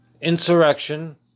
insurrection